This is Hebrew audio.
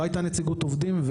לא הייתה נציגות עובדים,